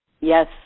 Yes